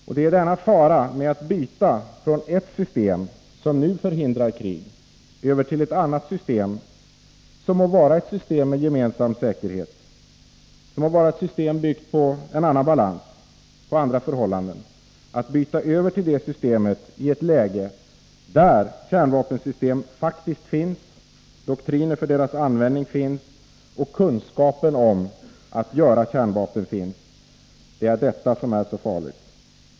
Vad som är farligt är att byta från ett system, som nu förhindrar krig, till ett annat system som må vara inriktat på gemensam säkerhet och som må vara byggt på en annan balans och andra förhållanden. Det är att gå över till detta system i ett läge där kärnvapen faktiskt finns, där doktriner för deras användning existerar och där kunskaperna för att göra kärnvapen finns som är så farligt.